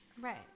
Right